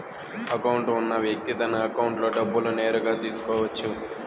account ఉన్న వ్యక్తి తన అకౌంట్లో డబ్బులు నేరుగా తీసుకోవచ్చు